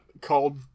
called